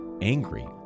angry